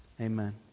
amen